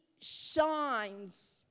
shines